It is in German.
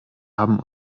haben